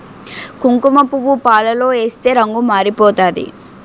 కుంకుమపువ్వు పాలలో ఏస్తే రంగు మారిపోతాది